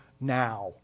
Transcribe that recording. now